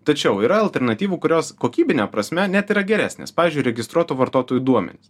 tačiau yra alternatyvų kurios kokybine prasme net yra geresnės pavyzdžiui registruotų vartotojų duomenys